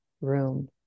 room